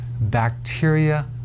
bacteria